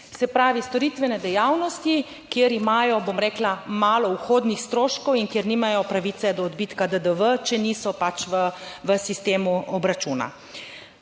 Se pravi storitvene dejavnosti, kjer imajo, bom rekla, malo vhodnih stroškov in kjer nimajo pravice do odbitka DDV, če niso pač v sistemu obračuna.